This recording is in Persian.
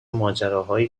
ماجراهایی